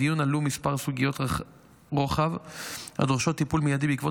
בדיון עלו כמה סוגיות רוחב הדורשות טיפול מיידי בעקבות